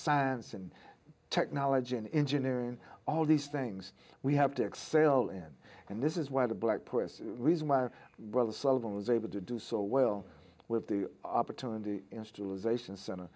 science and technology and engineering all these things we have to excel in and this is why the black press reason my brother sullivan was able to do so well with the opportunity installation center